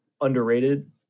underrated